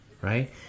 right